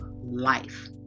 life